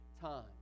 time